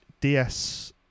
DS